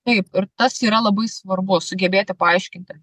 taip ir tas yra labai svarbu sugebėti paaiškinti